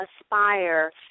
ASPIRE